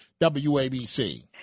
WABC